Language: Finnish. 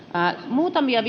muutamia